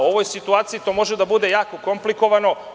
U ovoj situaciji to može da bude jako komplikovano.